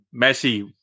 Messi